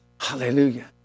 Hallelujah